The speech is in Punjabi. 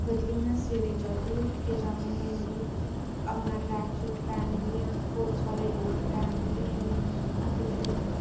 ਵਧੀਆ ਮੈਂ ਸਵੇਰੇ ਜਲਦੀ ਉੱਠ ਕੇ ਜਾਂਦੀ ਹੈਗੀ ਆਪਣਾ ਟਰੈਕ ਸੂਟ ਪਹਿਨਦੀ ਹਾਂ ਸਪੋਰਟਸ ਵਾਲੇ ਬੂਟ ਪਹਿਨਦੀ ਹੈਗੀ ਅਤੇ ਫਿਰ